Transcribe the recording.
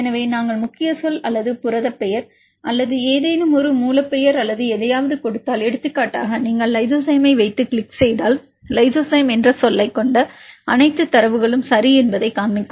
எனவே நாங்கள் முக்கிய சொல் அல்லது புரதப் பெயர் அல்லது ஏதேனும் ஒரு மூலப் பெயர் அல்லது எதையாவது கொடுத்தால் எடுத்துக்காட்டாக நீங்கள் லைசோசைமை வைத்து கிளிக் செய்தால் லைசோசைம் என்ற சொல்லைக் கொண்ட அனைத்து தரவுகளும் சரி என்பதைக் காண்பிக்கும்